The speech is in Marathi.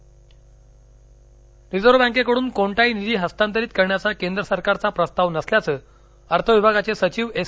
रिझर्व बँक रिझर्व बँकेकड्न कोणताही निधी हस्तांतरित करण्याचा केंद्र सरकारचा प्रस्ताव नसल्याचं अर्थ विभागाचे सचिव एस